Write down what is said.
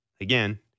again